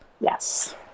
Yes